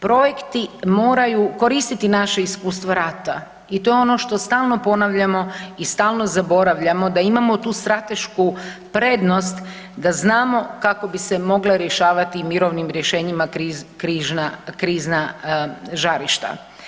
Projekti moraju koristiti naše iskustvo rata i to je ono što stalno ponavljamo i stalno zaboravljamo da imamo tu stratešku prednost da znamo kako bi se mogle rješavati i mirovnim rješenjima krizna žarišta.